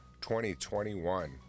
2021